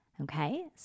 okay